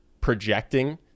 projecting